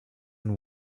and